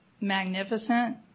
magnificent